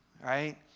right